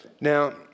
Now